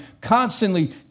constantly